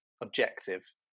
objective